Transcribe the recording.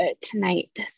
tonight